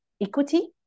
equity